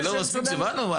זה לא מספיק שבאנו?